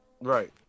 Right